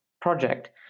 project